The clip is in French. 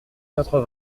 quatre